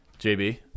JB